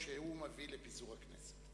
שהוא מביא לפיזור הכנסת.